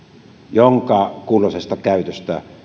jonka kulloisesta käytöstä